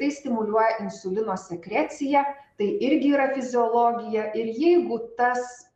tai stimuliuoja insulino sekreciją tai irgi yra fiziologija ir jeigu tas